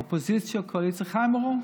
אופוזיציה, קואליציה, חיים אורון,